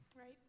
Right